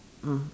mm